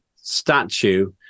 statue